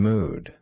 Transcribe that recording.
Mood